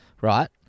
right